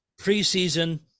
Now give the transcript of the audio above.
preseason